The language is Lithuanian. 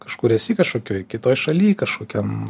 kažkur esi kažkokioj kitoj šaly kažkokiam